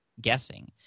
guessing